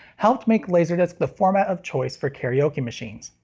helped make laserdisc the format of choice for karaoke machines.